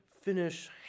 finish